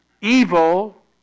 evil